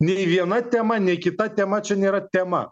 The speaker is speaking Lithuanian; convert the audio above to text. nei viena tema nei kita tema čia nėra tema